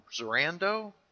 Zorando